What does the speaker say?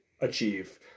achieve